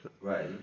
right